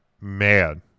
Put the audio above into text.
mad